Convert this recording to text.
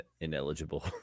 ineligible